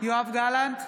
יואב גלנט,